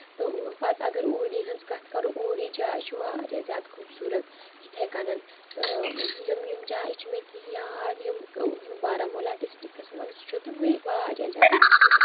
تہٕ پَتہٕ اَگر اوٗڈی ۂنز کَتھ کَرو اوٗڈی جاے چھِ واریاہ زیادٕ خوٗبصوٗرت یِتھٕے کَنۍ تہٕ یِم یِم جایہِ چھِ مےٚ کیٚنٛہہ یاد یِم بارامولہ ڈِسٹرکس منٛز چھُ تہٕ بیٚیہِ واریاہ زیادٕ خوٗبصوٗرت چھُ